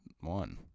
one